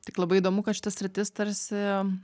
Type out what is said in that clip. tik labai įdomu kad šita sritis tarsi